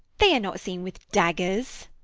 they are not seen with daggers.